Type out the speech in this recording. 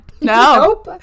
No